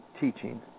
teaching